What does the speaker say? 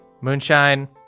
Moonshine